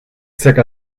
zirka